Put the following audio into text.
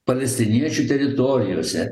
palestiniečių teritorijose